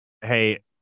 Hey